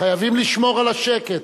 חייבים לשמור על השקט.